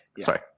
sorry